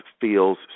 feels